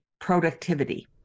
productivity